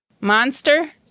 Monster